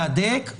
להדק,